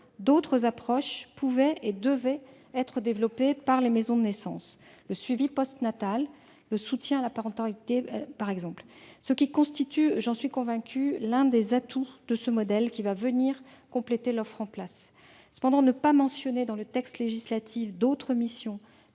d'autres approches pouvaient et devaient être développées par les maisons de naissance, comme le suivi postnatal ou le soutien à la parentalité. Je suis convaincue que c'est l'un des atouts de ce modèle qui va venir compléter l'offre en place. Ne pas mentionner dans le texte législatif d'autres missions,